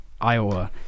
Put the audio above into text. Iowa